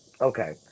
Okay